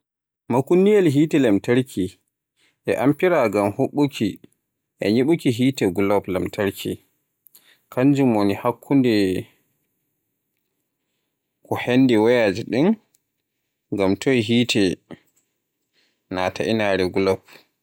Makunnyel hite lamtarki e amfire ngam huɓɓuki e nyifuki hite gulob lamtarki, kanjum woni hakkunde ko hendu wayaaji din ngam toy hite nataa inaare gulob.